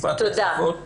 בשטיפת רצפות ובקטיף.